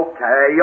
Okay